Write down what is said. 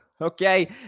okay